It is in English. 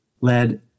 led